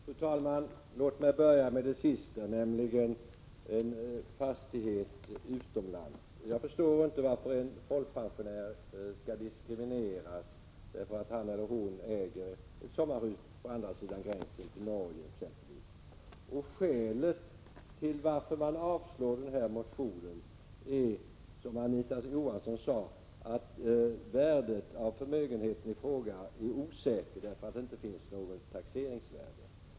Fru talman! Låt mig börja med det som sist berördes, nämligen fastighet utomlands. Jag förstår inte varför en folkpensionär skall diskrimineras därför att han eller hon äger ett sommarhus på andra sidan gränsen till Norge, exempelvis. Skälet till att man avstyrker motionen är, som Anita Johansson sade, att värdet av förmögenheten i fråga är osäkert därför att det inte finns något taxeringsvärde.